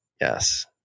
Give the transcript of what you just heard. Yes